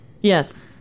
Yes